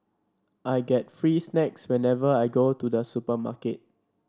I get free snacks whenever I go to the supermarket